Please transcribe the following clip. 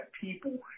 people